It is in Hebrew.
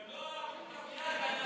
הם לא אוהבים קוויאר,